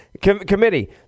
Committee